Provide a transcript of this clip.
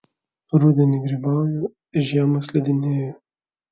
rudenį grybauju žiemą slidinėju